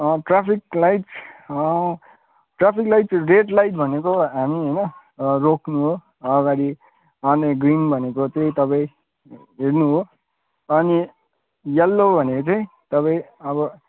traffic lights traffic light red light भनेको हामी होइन रोक्नु हो अगाडि अनि ग्रीन भनेको चाहिँ तपाईँ हिँड्नु हो अनि यल्लो भनेको चाहिँ तपाईँ अब